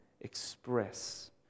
express